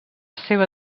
seva